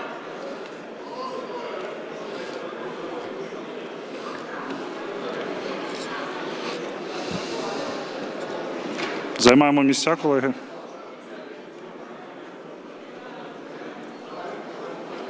Займаємо місця, колеги.